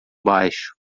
baixo